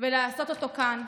ולעשות אותו כאן,